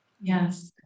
yes